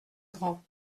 grand